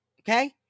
okay